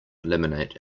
laminate